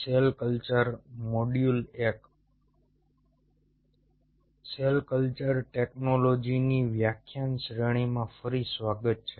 cell culture ટેકનોલોજીની વ્યાખ્યાન શ્રેણીમાં ફરી સ્વાગત છે